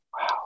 Wow